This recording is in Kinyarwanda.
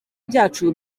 byacu